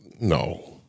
No